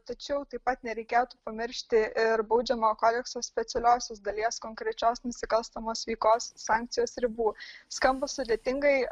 tačiau taip pat nereikėtų pamiršti ir baudžiamojo kodekso specialiosios dalies konkrečios nusikalstamos veikos sankcijos ribų skamba sudėtingai